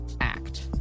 Act